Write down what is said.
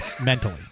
mentally